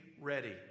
ready